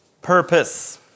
purpose